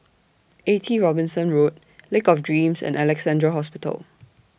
eighty Robinson Road Lake of Dreams and Alexandra Hospital